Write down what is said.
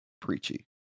preachy